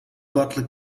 butler